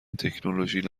تکنولوژی